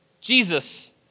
Jesus